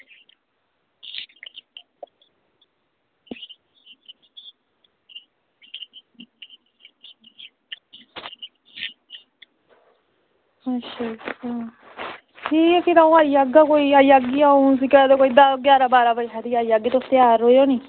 ठीक ऐ फिर आई जाह्गा अंऊ आई जाह्गी अं'ऊ कोई ञारां बारां बजे हारे आई जाह्गी तुस त्यार रवेओ